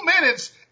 minutes